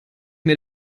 mir